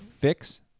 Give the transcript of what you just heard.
fix